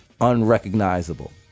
unrecognizable